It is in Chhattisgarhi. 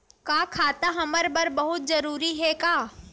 का खाता हमर बर बहुत जरूरी हे का?